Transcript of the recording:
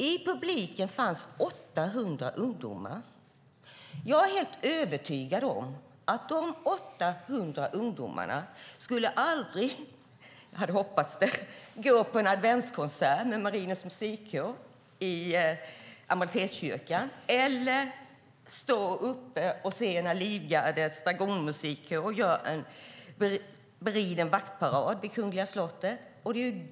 I publiken fanns 800 ungdomar. Jag är helt övertygad om att dessa 800 ungdomar aldrig, även om jag hade hoppats det, skulle gå på en adventskonsert med Marinens Musikkår i Amiralitetskyrkan eller titta på när Livgardets Dragonmusikkår gör en beriden vaktparad vid det kungliga slottet.